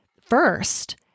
first